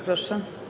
Proszę.